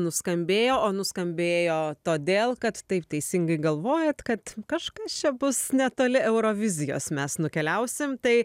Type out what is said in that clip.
nuskambėjo o nuskambėjo todėl kad taip teisingai galvojat kad kažkas čia bus netoli eurovizijos mes nukeliausim tai